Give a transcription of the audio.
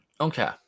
Okay